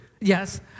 Yes